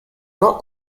not